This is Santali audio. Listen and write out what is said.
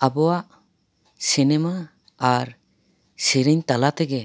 ᱟᱵᱚᱣᱟᱜ ᱥᱤᱱᱮᱢᱟ ᱟᱨ ᱥᱮᱨᱮᱧ ᱛᱟᱞᱟ ᱛᱮᱜᱮ